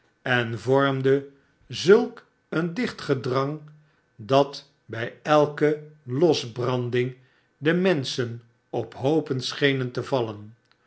en vormde zulk een dicht gedrang dat bij elke losbranding de menschen op hoopen schenen te vallen